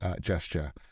gesture